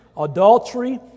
Adultery